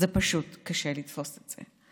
זה פשוט קשה לתפוס את זה.